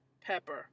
pepper